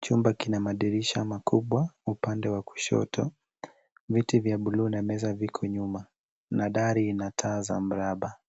Chumba kina madirisha makubwa upande wa kushoto. Viti vya buluu na meza viko nyuma, na dari ina taa za mraba.